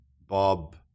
Bob